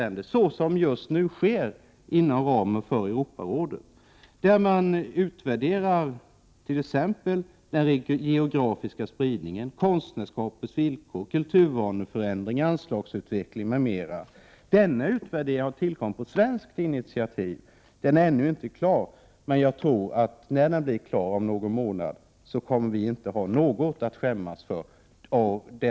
Detta sker just nu inom ramen för Europarådet, där man utvärderar t.ex. den geografiska spridningen, konstnärsskapets villkor, kulturvaneförändringar, anslagsutveckling m.m. Denna utvärdering har tillkommit på svenskt initiativ. Den är ännu inte klar, men jagtror att vi, när den om någon månad blir klar, inte kommer att ha något att skämmas för.